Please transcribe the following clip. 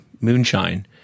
moonshine